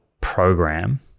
program